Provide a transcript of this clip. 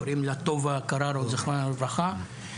קוראים לה טובה קררו זיכרונה לברכה.